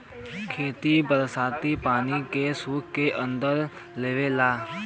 धरती बरसाती पानी के सोख के अंदर कर लेवला